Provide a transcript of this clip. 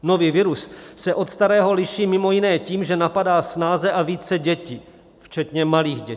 Nový virus se od starého liší mimo jiné tím, že napadá snáze a více děti včetně malých dětí.